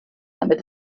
damit